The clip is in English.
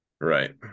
Right